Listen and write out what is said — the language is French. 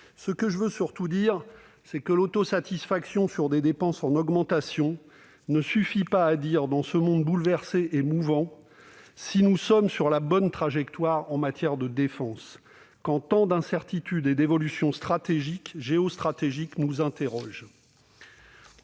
Je veux insister sur un point : l'autosatisfaction sur des dépenses en augmentation ne suffit pas à dire, dans ce monde bouleversé et mouvant, si nous sommes sur la bonne trajectoire en matière de défense, quand tant d'incertitudes et d'évolutions géostratégiques nous interrogent.